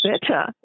better